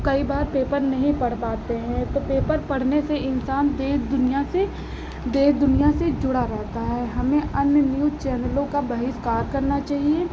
कई बार पेपर नहीं पढ़ पाते हैं तो पेपर पढ़ने से इन्सान देश दुनिया से देश दुनिया से जुड़ा रहता है हमें अन्य न्यूज़ चैनलों का बहिष्कार करना चहिए